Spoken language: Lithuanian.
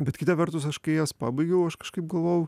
bet kita vertus aš kai jas pabaigiau aš kažkaip galvojau